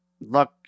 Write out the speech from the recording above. look